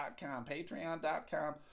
Patreon.com